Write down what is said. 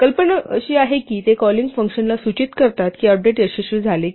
कल्पना अशी आहे की ते कॉलिंग फंक्शनला सूचित करतात की अपडेट यशस्वी झाले की नाही